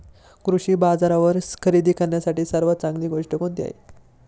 कृषी बाजारावर खरेदी करण्यासाठी सर्वात चांगली गोष्ट कोणती आहे?